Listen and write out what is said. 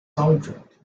soundtrack